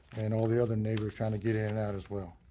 and all the other neighbors trying to get in and out as well.